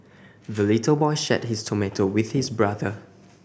the little boy shared his tomato with his brother